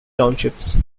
townships